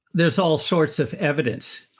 there's all sorts of evidence,